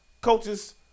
coaches